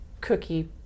cookie